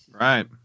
Right